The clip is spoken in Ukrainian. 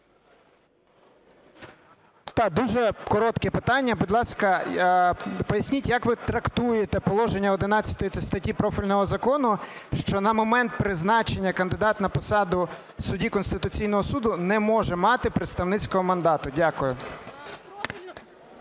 Дуже коротке питання. Будь ласка, поясніть як ви трактуєте положення 11 статті профільного закону, що на момент призначення кандидат на посаду судді Конституційного Суду не може мати представницького мандату. Дякую.